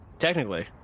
technically